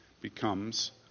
becomes